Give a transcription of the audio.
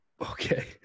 Okay